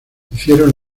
hicieron